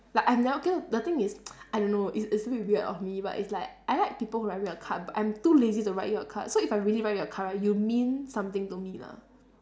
like I've never given the thing is I don't know it's it's a bit weird of me but it's I like people who write me a card but I'm lazy too lazy to write you a card so if I really write you a card right you mean something to me lah